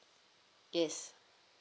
yes